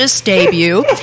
debut